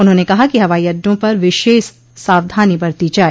उन्होंने कहा कि हवाई अड्डों पर विशेष सावधानी बरती जाए